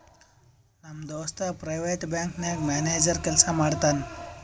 ನಮ್ ದೋಸ್ತ private bank ನಾಗ್ ಮ್ಯಾನೇಜರ್ ಕೆಲ್ಸಾ ಮಾಡ್ತಾನ್